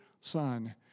son